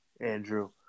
Andrew